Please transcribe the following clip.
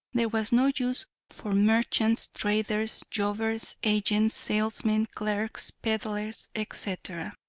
there was no use for merchants, traders, jobbers, agents, salesmen, clerks, peddlers, etc.